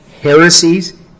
heresies